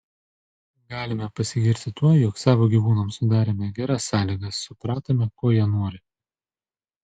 galime pasigirti tuo jog savo gyvūnams sudarėme geras sąlygas supratome ko jie nori